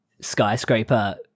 Skyscraper